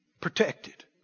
Protected